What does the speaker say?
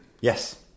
Yes